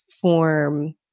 form